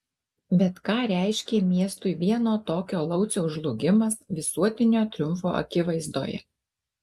bet ką reiškė miestui vieno tokio lauciaus žlugimas visuotinio triumfo akivaizdoje